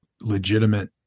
legitimate